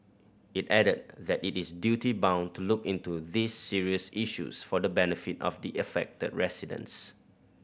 it added that it is duty bound to look into these serious issues for the benefit of the affected residents